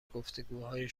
گفتگوهای